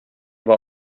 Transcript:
war